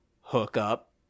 hookup